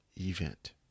event